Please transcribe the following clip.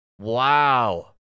Wow